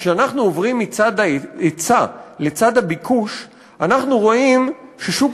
כשאנחנו עוברים מצד ההיצע לצד הביקוש אנחנו רואים ששוק